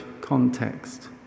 context